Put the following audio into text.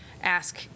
ask